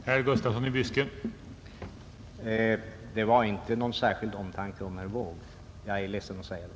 Herr talman! Det var inte någon särskild omtanke om herr Wååg — jag är ledsen att säga det.